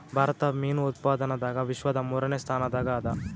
ಭಾರತ ಮೀನು ಉತ್ಪಾದನದಾಗ ವಿಶ್ವದ ಮೂರನೇ ಸ್ಥಾನದಾಗ ಅದ